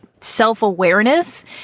self-awareness